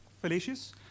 fallacious